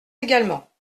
également